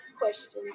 questions